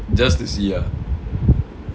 just to see ah